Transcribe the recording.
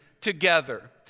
together